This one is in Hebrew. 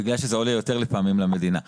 בגלל שלפעמים זה עולה למדינה יותר.